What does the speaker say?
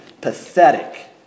pathetic